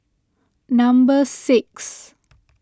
number six